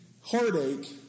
heartache